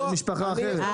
זה משפחה אחרת?